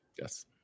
Yes